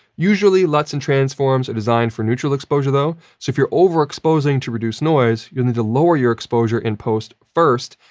usually, luts and transforms are designed for neutral exposure though, so if you're overexposing to reduce noise, you'll need to lower your exposure in post first,